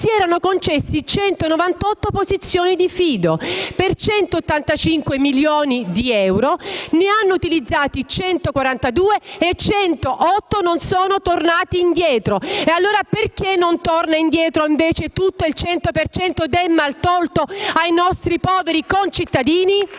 si sono concessi 198 posizioni di fido per 185 milioni di euro. Ne hanno utilizzati 142 e 108 non sono tornati indietro. E allora perché non torna indietro ai nostri poveri concittadini